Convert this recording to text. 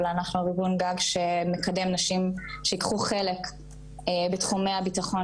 אבל אנחנו ארגון גג שמקדם נשים שייקחו חלק בתחומי הביטחון